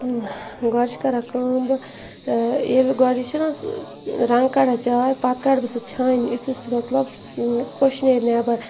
گۄڈٕ چھِ کَران کٲم بہٕ ییٚلہِ گۄڈٕ یہِ چھِ نہَ حظ رَنٛگ کَڈان چاے پَتہٕ کَڈٕ بہٕ سۄ چھانہِ یِتھُے سُہ مَطلَب کوٚش نیرِ نٮ۪بَر